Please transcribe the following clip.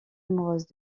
amoureuse